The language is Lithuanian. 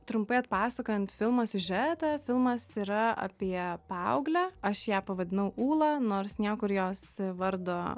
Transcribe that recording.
trumpai atpasakojant filmo siužetą filmas yra apie paauglę aš ją pavadinau ūla nors niekur jos vardo